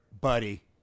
buddy